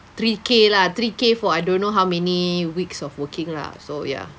three K lah three K for I don't know how many weeks of working lah so ya